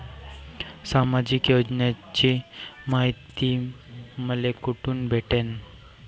सामाजिक योजनेची मायती मले कोठून भेटनं?